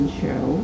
show